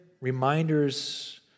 reminders